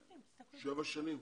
חמש.